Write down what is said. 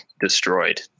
destroyed